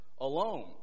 alone